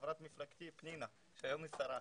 חברת מפלגתי פנינה, שהיום היא שרה.